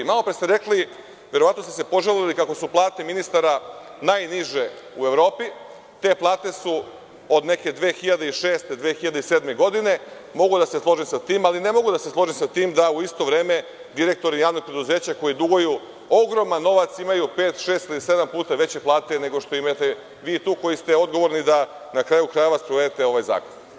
Malopre ste rekli, verovatno ste se požalili kako su plate ministara najniže u Evropi, te plate su od neke 2006, 2007. godine, mogu da se složim sa tim, ali ne mogu da složim sa tim da u isto vreme direktori javnih preduzeća koji duguju ogroman novac imaju pet, šest ili sedam puta veće plate nego što imate vi tu koji ste odgovorni da na kraju krajeva sprovedete ovaj zakon.